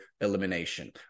elimination